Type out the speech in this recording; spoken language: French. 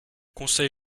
conseil